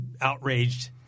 outraged